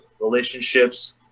relationships